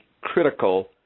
critical